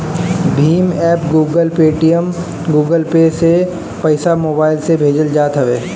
Bhim app, Google, Paytm, Google Pay से पईसा mobile से भेजल जात हवे